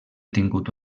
tingut